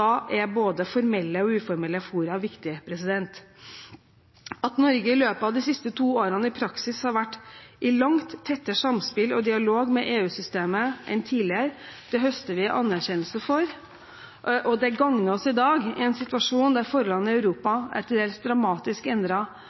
Da er både formelle og uformelle fora viktige. At Norge i løpet av de siste to årene i praksis har vært i langt tettere samspill og dialog med EU-systemet enn tidligere, høster vi anerkjennelse for, og det gagner oss i dag i en situasjon der forholdene i Europa er til dels dramatisk